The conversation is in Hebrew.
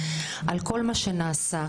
על כל מה שנעשה.